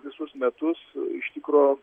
visus metus iš tikro